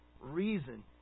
reason